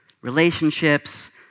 Relationships